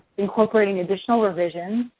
incorporating additional revision.